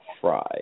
fry